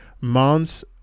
Months